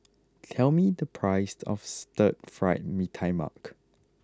tell me the price of Stir Fried Mee Tai Mak